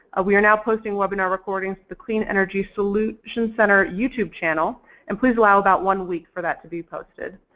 ah we are now posting webinar recordings to the clean energy solution center youtube channel and please allow about one week for that to be posted.